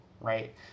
Right